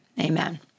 amen